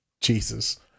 Jesus